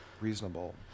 reasonable